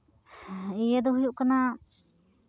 ᱤᱭᱟᱹ ᱫᱚ ᱦᱩᱭᱩᱜ ᱠᱟᱱᱟ